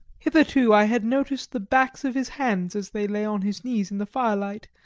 hitherto i had noticed the backs of his hands as they lay on his knees in the firelight,